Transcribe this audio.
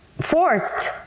forced